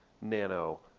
nano